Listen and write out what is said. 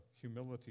humility